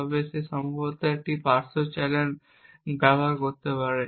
তবে সে সম্ভবত একটি পার্শ্ব চ্যানেল ব্যবহার করতে পারে